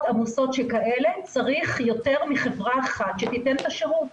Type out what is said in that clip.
עמוסות שכאלה צריך יותר מחברה אחת שתיתן את השירות.